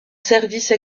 service